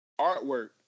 artwork